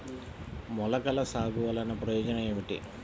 మొలకల సాగు వలన ప్రయోజనం ఏమిటీ?